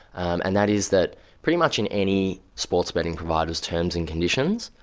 and and that is that pretty much in any sports betting providers' terms and conditions,